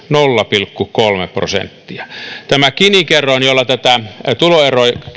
nolla pilkku kolme prosenttia gini kerroin jolla tätä tuloerojen